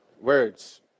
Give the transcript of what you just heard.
words